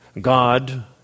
God